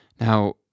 Now